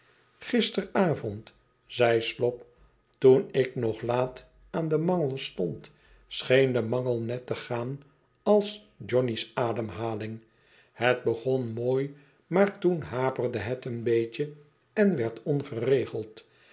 gisteravond zei slop toen ik nog laat aan den mangel stond scheen de mangel net te gaan alsjohnny's ademhaling het begon mooi maar toen haperde het een beetje en werd ongeregeld